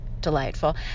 delightful